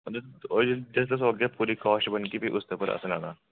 मतलब जेह्ड़ी पूरी कॉस्ट बनग ओह्दे उप्पर लाना असें